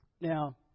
now